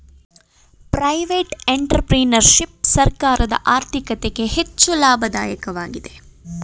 private entrepreneurship ಸರ್ಕಾರದ ಆರ್ಥಿಕತೆಗೆ ಹೆಚ್ಚು ಲಾಭದಾಯಕವಾಗಿದೆ